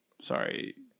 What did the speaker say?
sorry